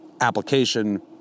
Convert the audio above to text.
application